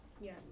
Yes